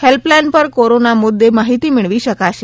helpline પર corona મુદ્દે માહિતી મેળવી શકાશે